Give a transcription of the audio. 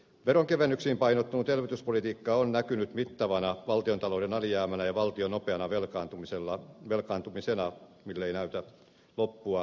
veronkevennyksiin painottunut elvytyspolitiikka on näkynyt mittavana valtiontalouden alijäämänä ja valtion nopeana velkaantumisena mille ei näytä loppua tulevan